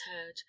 heard